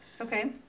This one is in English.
Okay